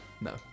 no